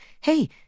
Hey